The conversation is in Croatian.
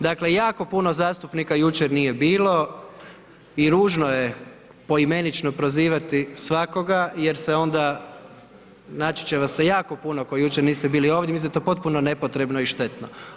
Dakle jako puno zastupnika jučer nije bilo i ružno je poimenično prozivati svakoga jer se onda naći će vas se jako puno koji jučer niste bili, mislim da je to potpuno nepotrebno i štetno.